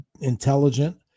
intelligent